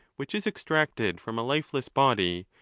which is extracted from a lifeless body,